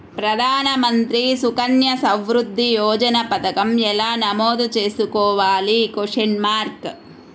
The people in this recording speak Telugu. ప్రధాన మంత్రి సుకన్య సంవృద్ధి యోజన పథకం ఎలా నమోదు చేసుకోవాలీ?